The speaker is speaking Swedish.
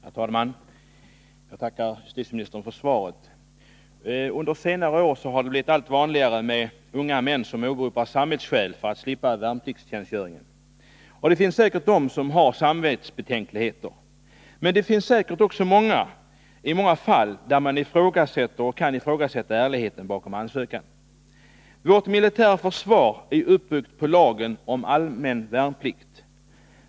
Herr talman! jag tackar justitieministern för svaret på min fråga. Under senare år har det blivit allt vanligare att unga män åberopar samvetsskäl för att slippa värnpliktstjänstgöringen. En del av dem har 2 säkerligen också samvetsbetänkligheter, men man kan i många fall ifrågasätta ärligheten bakom de ansökningar som görs. Vårt militära försvar är uppbyggt på lagen om allmän värnplikt.